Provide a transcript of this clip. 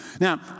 Now